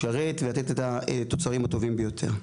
לשרת ולתת את התוצרים הטובים ביותר.